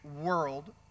world